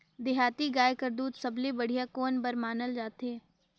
देहाती गाय कर दूध सबले बढ़िया कौन बर मानल जाथे?